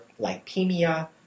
lipemia